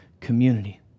community